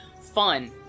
fun